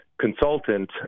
consultant